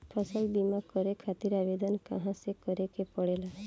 फसल बीमा करे खातिर आवेदन कहाँसे करे के पड़ेला?